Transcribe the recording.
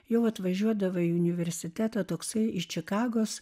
jau atvažiuodavo į universitetą toksai iš čikagos